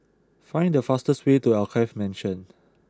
find the fastest way to Alkaff Mansion